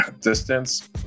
distance